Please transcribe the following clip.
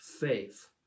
faith